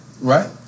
Right